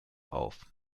auf